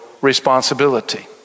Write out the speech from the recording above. responsibility